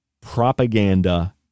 propaganda